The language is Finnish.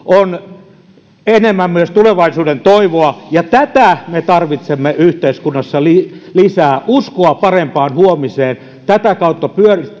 on enemmän myös tulevaisuuden toivoa ja tätä me tarvitsemme yhteiskunnassa lisää uskoa parempaan huomiseen tätä kautta